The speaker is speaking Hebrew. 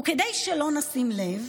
וכדי שלא נשים לב,